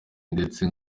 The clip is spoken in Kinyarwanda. ndetse